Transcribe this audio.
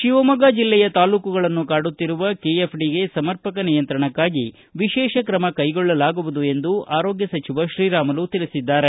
ಶಿವಮೊಗ್ಗ ಜಿಲ್ಲೆಯ ತಾಲೂಕುಗಳನ್ನು ಕಾಡುತ್ತಿರುವ ಕೆಎಫ್ಡಿ ಸಮರ್ಪಕ ನಿಯಂತ್ರಣಕ್ಕಾಗಿ ವಿಶೇಷ ಕ್ರಮ ಕೈಗೊಳ್ಳಲಾಗುವುದು ಎಂದು ಆರೋಗ್ವ ಶ್ರೀರಾಮುಲು ತಿಳಿಸಿದ್ದಾರೆ